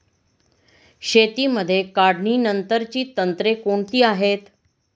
शेतीमध्ये काढणीनंतरची तंत्रे कोणती आहेत?